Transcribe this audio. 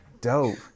dope